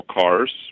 cars